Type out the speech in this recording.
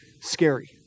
scary